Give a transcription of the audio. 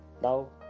Now